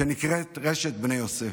שנקראת רשת בני יוסף.